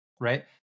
right